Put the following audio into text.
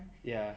ya